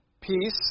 peace